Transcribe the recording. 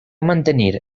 mantenir